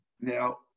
now